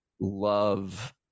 love